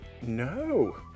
No